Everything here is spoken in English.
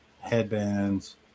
headbands